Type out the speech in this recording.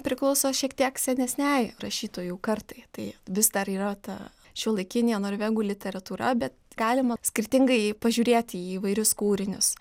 priklauso šiek tiek senesniajai rašytojų kartai tai vis dar yra ta šiuolaikinė norvegų literatūra bet galima skirtingai pažiūrėti į įvairius kūrinius